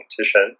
competition